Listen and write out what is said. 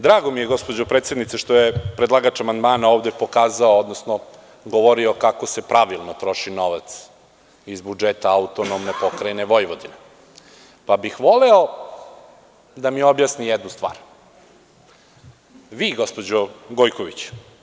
Drago mi je gospođo predsednice što je predlagač amandmana ovde pokazao, odnosno govorio kako se pravilno troši novac iz budžeta AP Vojvodine, pa bih voleo da mi objasni jednu stvar, vi gospođo Gojković.